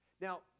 Now